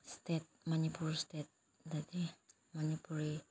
state Manipur ꯏꯁꯇꯦꯠꯗꯗꯤ ꯃꯅꯤꯄꯨꯔꯤ